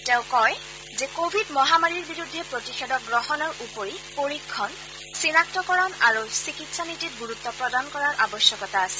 তেওঁ কয় যে কোৱিড মহামাৰীৰ বিৰুদ্ধে প্ৰতিষেধক গ্ৰহণৰ উপৰি পৰীক্ষণ চিনাক্তকৰণ আৰু চিকিৎসানীতিত গুৰুত্ব প্ৰদান কৰাৰ আৱশ্যকতা আছে